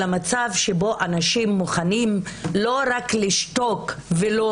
על המצב שבו אנשים מוכנים לא רק לשתוק ולא